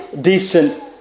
decent